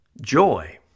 Joy